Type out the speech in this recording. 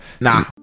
Nah